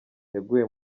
yaguye